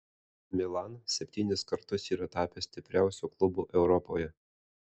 milan septynis kartus yra tapęs stipriausiu klubu europoje